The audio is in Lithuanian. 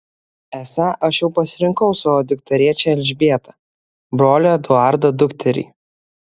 esą aš jau pasirinkau savo dukterėčią elžbietą brolio eduardo dukterį